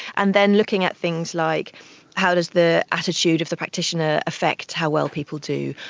and then looking at things like how does the attitude of the practitioner affect how well people do.